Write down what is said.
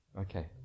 Okay